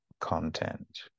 content